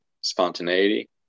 spontaneity